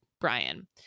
brian